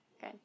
Good